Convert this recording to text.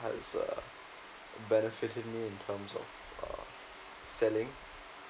has uh benefitting me in terms of selling